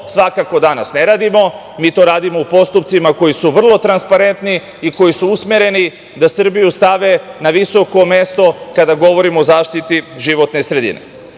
svakako danas ne radimo, mi to radimo u postupcima koji su vrlo transparentni i koji su usmereni da Srbiju stave na visoko mesto kada govorimo o zaštiti životne sredine. Ono